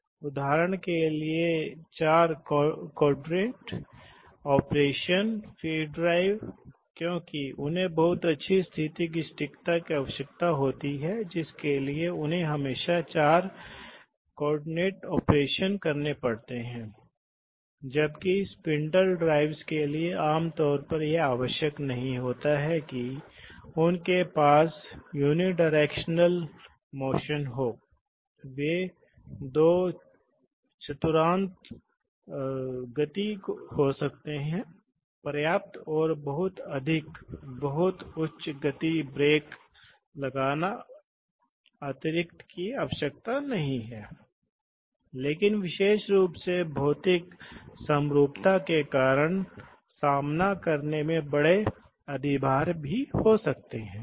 हालांकि हाइड्रोलिक मुख्य रूप से पसंद किया जाता है जब आपके पास बहुत सटीक गति होती है और बहुत उच्च बल की आवश्यकता होती है तो यह न्यूमेटिक्स के मामले में नहीं है न्यूमेटिक्स में आप जानते हैं कम बल के लिए उपयोग किया जाता है और किसी दिए गए आकार के लिए दबाव रेटिंग प्रतिक्रिया धीमी होती है न्यूमेटिक्स निश्चित रूप से हाइड्रोलिक की तुलना में धीमा है इलेक्ट्रिक के बराबर है न्यूमेटिक्स में रिसाव की समस्या है और रिसाव को निर्धारित करना इतना आसान नहीं है